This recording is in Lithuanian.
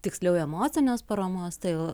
tiksliau emocinės paramos tai